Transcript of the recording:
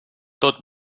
tot